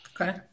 Okay